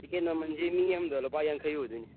ticket ꯃꯃꯟꯁꯤ ꯃꯤ ꯑꯝꯗ ꯂꯨꯄꯥ ꯌꯥꯡꯈꯩ ꯑꯣꯏꯗꯣꯏꯅꯤ